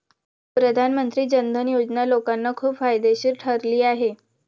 प्रधानमंत्री जन धन योजना लोकांना खूप फायदेशीर ठरली आहे